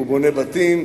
הוא בונה בתים.